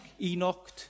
Enoch